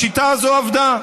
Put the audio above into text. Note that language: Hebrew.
השיטה הזאת עבדה.